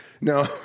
No